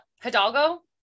Hidalgo